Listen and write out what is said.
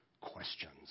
questions